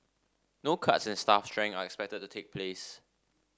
no cuts in staff strength are expected to take place